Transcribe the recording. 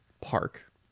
Park